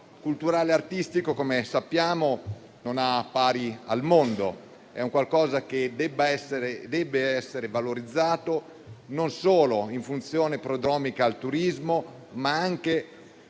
patrimonio culturale e artistico, come sappiamo, non ha pari al mondo; deve essere valorizzato non solo in funzione prodromica al turismo, ma anche